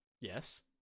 yes